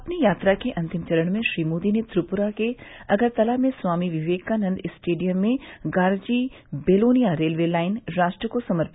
अपनी यात्रा के अंतिम चरण में श्री मोदी ने त्रिपूरा के अगरतला में स्वामी विवेकानंद स्टेडियम में गारजी बेलोनिया रेलवे लाइन राष्ट्र को समर्पित की